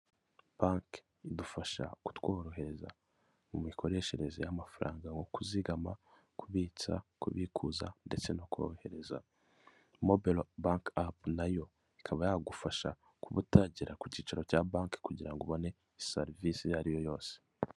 Banke idufasha kutworohereza imikoreshereze y'amafaranga nko kuzigama, kubitsa, kubikuza ndetse no korohereze mobayilo banke apu nayo ikaba yagufasha kuba utagera ku kicaro cya banki kugira ngo ubone serivise iyo ari yo yose.